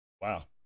Wow